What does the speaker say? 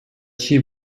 she